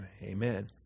Amen